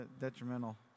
Detrimental